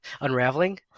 unraveling